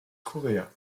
korea